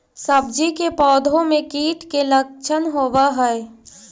सब्जी के पौधो मे कीट के लच्छन होबहय?